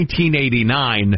1989